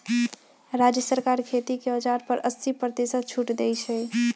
राज्य सरकार खेती के औजार पर अस्सी परतिशत छुट देई छई